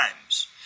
times